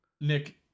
Nick